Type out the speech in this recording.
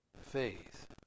faith